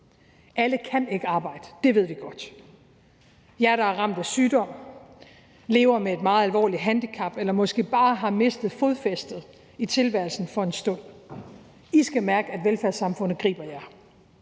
Alle kan ikke arbejde, det ved vi godt. Jer, der er ramt af sygdom, lever med et meget alvorligt handicap eller måske bare har mistet fodfæstet i tilværelsen for en stund, skal mærke, at velfærdssamfundet griber jer.